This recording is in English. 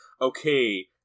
okay